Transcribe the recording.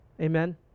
Amen